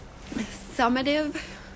summative